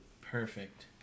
Perfect